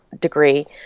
degree